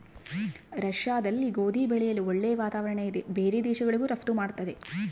ರಷ್ಯಾದಲ್ಲಿ ಗೋಧಿ ಬೆಳೆಯಲು ಒಳ್ಳೆ ವಾತಾವರಣ ಇದೆ ಬೇರೆ ದೇಶಗಳಿಗೂ ರಫ್ತು ಮಾಡ್ತದೆ